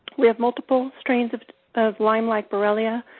we have multiple strains of of lyme-like borrelia,